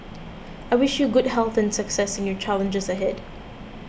I wish you good health and success in your challenges ahead